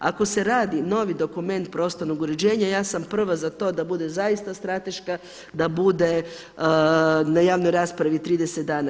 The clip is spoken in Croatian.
Ako se radi novi dokument prostornog uređenja, ja sam prva za to da bude zaista strateška, da bude na javnoj raspravi 30 dana.